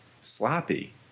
sloppy